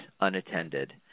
unattended